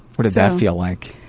what did that feel like?